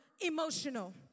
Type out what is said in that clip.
emotional